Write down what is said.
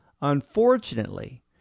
Unfortunately